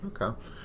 Okay